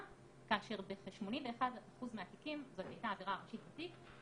כאשר בכ-81% מהתיקים זאת הייתה עבירה הראשית בתיק.